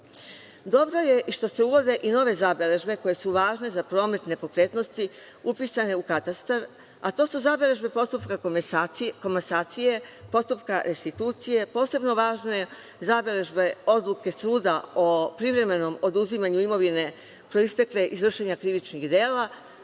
je i što se uvode i nove zabeležbe koje su važne za promet nepokretnosti upisane u katastar, a to su zabeležbe postupka komasacije, postupka restitucije, posebno važne zabeležbe odluka suda o privremenom oduzimanju imovine proistekle iz vršenja krivičnih dela.